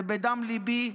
זה מדם ליבי.